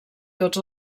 tots